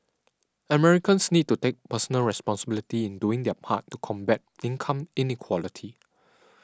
Americans need to take personal responsibility in doing their part to combat income inequality